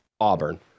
Auburn